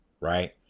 right